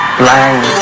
blind